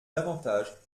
davantage